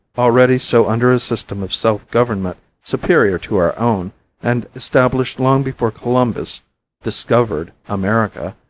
already so under a system of self-government superior to our own and established long before columbus discovered america,